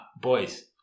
Boys